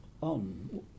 on